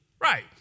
Right